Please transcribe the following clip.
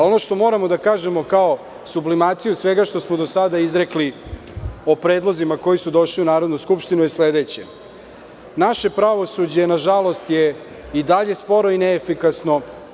Ono što moramo da kažemo kao sublimaciju svega što smo do sada izrekli o predlozima koji su došli u Narodnu skupštinu je sledeće – naše pravosuđe je nažalost i dalje sporo i neefikasno.